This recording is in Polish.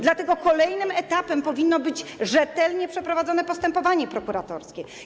Dlatego kolejnym etapem powinno być rzetelnie przeprowadzone postępowanie prokuratorskie.